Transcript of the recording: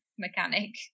Mechanic